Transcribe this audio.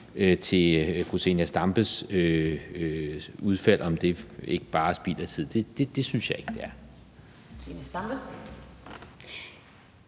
til fru Zenia Stampes udfald om, om det ikke bare er spild af tid. Det synes jeg ikke det er.